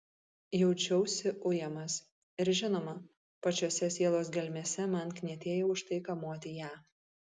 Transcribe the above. jaučiausi ujamas ir žinoma pačiose sielos gelmėse man knietėjo už tai kamuoti ją